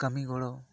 ᱠᱟᱹᱢᱤ ᱜᱚᱲᱚ